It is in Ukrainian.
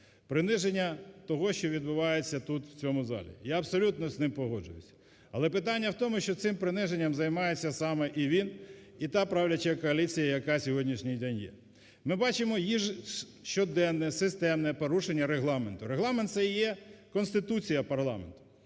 приниження того, що відбувається тут в цьому залі. Я абсолютно з ним погоджуюся. Але питання в тому, що цим приниженням займається саме і він, і та правляча коаліція, яка на сьогоднішній день є. Ми бачимо щоденне, системне, порушення Регламенту. Регламент – це є Конституція парламенту.